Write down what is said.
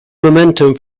momentum